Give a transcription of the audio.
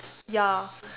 ya